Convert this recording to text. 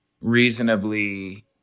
reasonably